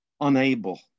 unable